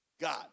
God